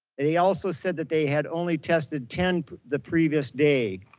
and they also said that they had only tested ten the previous day.